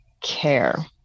care